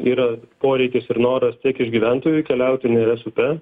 yra poreikis ir noras tiek iš gyventojų keliauti neries upe